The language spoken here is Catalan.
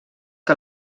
que